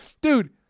dude